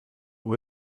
uhr